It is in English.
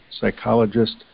psychologist